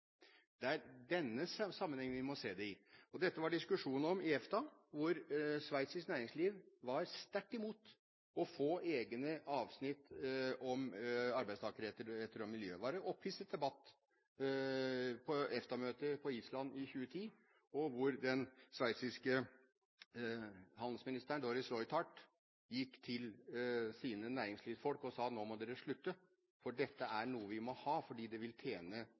Det er denne sammenhengen vi må se det i. Dette var det diskusjon om i EFTA, hvor sveitsisk næringsliv var sterkt imot å få egne avsnitt om arbeidstakerretter og miljø. Det var en opphisset debatt på EFTA-møtet på Island i 2010, hvor den daværende sveitsiske handelsministeren, Doris Leuthard, gikk til sine næringslivsfolk, og sa: Nå må dere slutte, for dette er noe vi må ha fordi det vil tjene